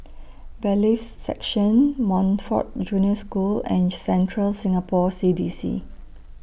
Bailiffs' Section Montfort Junior School and Central Singapore C D C